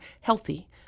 healthy